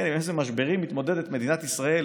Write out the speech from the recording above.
כן, עם איזה משברים מתמודדת מדינת ישראל?